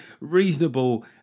reasonable